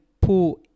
pull